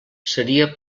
seria